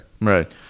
Right